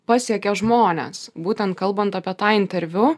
pasiekia žmones būtent kalbant apie tą interviu